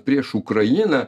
prieš ukrainą